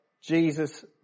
Jesus